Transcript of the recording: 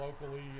locally